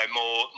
more